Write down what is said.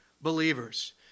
believers